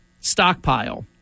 stockpile